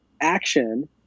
action